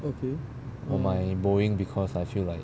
我买 Boeing because I feel like